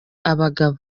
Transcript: abagabo